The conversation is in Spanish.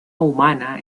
humana